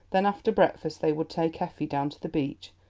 then after breakfast they would take effie down to the beach,